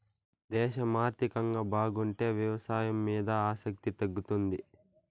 దేశం ఆర్థికంగా బాగుంటే వ్యవసాయం మీద ఆసక్తి తగ్గుతుంది